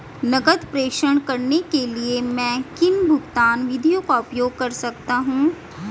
नकद प्रेषण करने के लिए मैं किन भुगतान विधियों का उपयोग कर सकता हूँ?